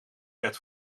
werd